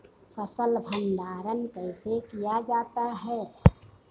फ़सल भंडारण कैसे किया जाता है?